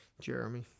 Jeremy